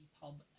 pub